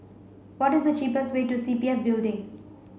what is the cheapest way to C P F Building